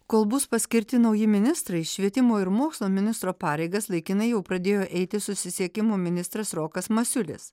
kol bus paskirti nauji ministrai švietimo ir mokslo ministro pareigas laikinai jau pradėjo eiti susisiekimo ministras rokas masiulis